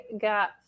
got